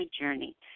journey